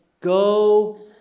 go